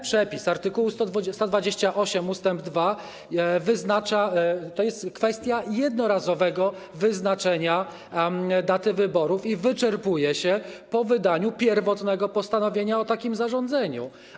Przepis art. 128 ust. 2 to kwestia jednorazowego wyznaczenia daty wyborów i wyczerpuje się po wydaniu pierwotnego postanowienia o takim zarządzeniu.